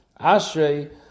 Ashrei